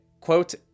Quote